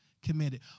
Committed